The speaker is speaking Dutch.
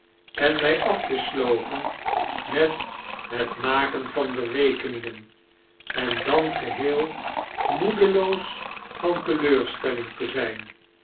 en my af te sloven met het raaken van berekeningen en dan geheel moedeloos van de teleurstelling te zijn